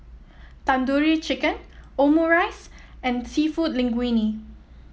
Tandoori Chicken Omurice and seafood Linguine